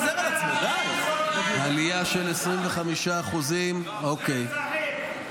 עלייה של 25%. 115 נרצחים.